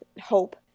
hope